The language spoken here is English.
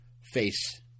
face